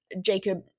Jacob